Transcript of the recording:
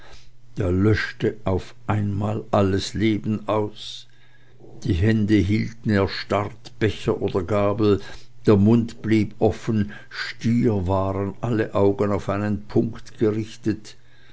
da löschte auf einmal alles leben aus die hände hielten erstarrt becher oder gabel der mund blieb offen stier waren alle augen auf einen punkt gerichtet